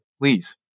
Please